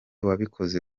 wabikoze